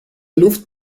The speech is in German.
luft